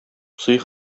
сый